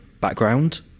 background